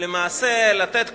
למעשה לתת כותרות,